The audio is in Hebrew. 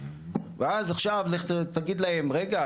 ואז עכשיו לך תגיד להם רגע,